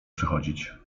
przychodzić